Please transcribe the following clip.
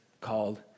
called